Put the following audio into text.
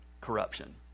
corruption